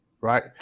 right